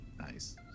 Nice